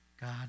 God